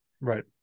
Right